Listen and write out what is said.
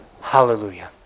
Hallelujah